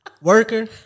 Worker